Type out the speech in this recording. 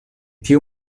tiu